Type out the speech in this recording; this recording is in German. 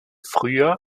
früher